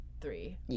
three